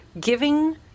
giving